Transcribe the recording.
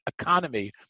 economy